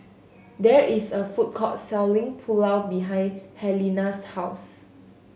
there is a food court selling Pulao behind Helena's house